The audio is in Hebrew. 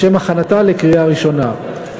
לשם הכנתה לקריאה ראשונה.